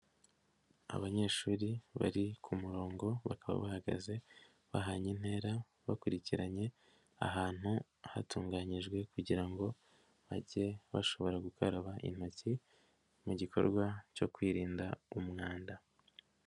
Abanyeshuri bari ku murongo bakaba bahagaze bahanye intera bakurikiranye, ahantu hatunganyijwe kugira ngo bajye bashobora gukaraba intoki mu gikorwa cyo kwirinda umwanda.